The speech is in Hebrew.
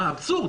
זה אבסורד,